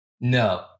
No